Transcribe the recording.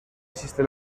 existe